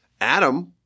Adam